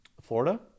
Florida